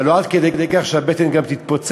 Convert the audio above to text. אבל לא עד כדי כך שהבטן גם תתפוצץ,